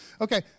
Okay